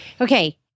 Okay